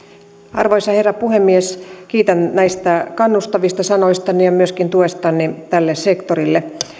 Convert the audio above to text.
arvoisa herra puhemies kiitän näistä kannustavista sanoistanne ja myöskin tuestanne tälle sektorille